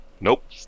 Nope